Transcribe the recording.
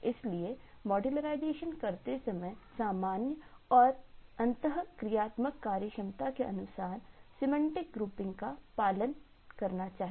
इसलिए मॉड्यूर्लाइज़ेशन का पालन करना चाहिए